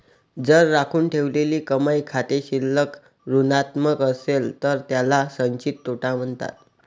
जर राखून ठेवलेली कमाई खाते शिल्लक ऋणात्मक असेल तर त्याला संचित तोटा म्हणतात